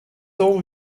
all